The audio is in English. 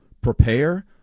prepare